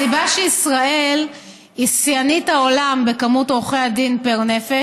הסיבה שישראל היא שיאנית העולם במספר עורכי הדין פר נפש,